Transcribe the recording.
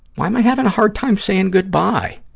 why am i having a hard time saying good-bye?